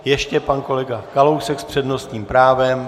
Ještě pan kolega Kalousek s přednostním právem.